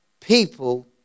people